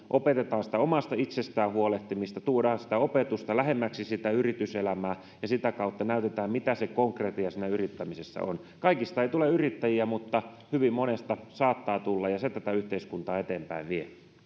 opetetaan omasta itsestään huolehtimista tuodaan sitä opetusta lähemmäksi yrityselämää ja sitä kautta näytetään mitä se konkretia yrittämisessä on kaikista ei tule yrittäjiä mutta hyvin monesta saattaa tulla ja se tätä yhteiskuntaa eteenpäin vie